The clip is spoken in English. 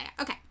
Okay